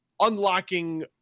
unlocking